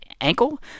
ankle